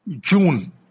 June